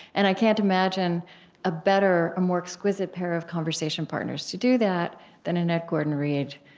and i can't imagine a better, a more exquisite pair of conversation partners to do that than annette gordon-reed,